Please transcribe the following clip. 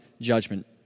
judgment